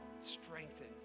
strengthen